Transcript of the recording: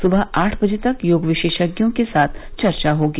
सुबह आठ बजे तक योग विशेषज्ञ के साथ चर्चा होगी